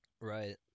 Right